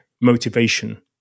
motivation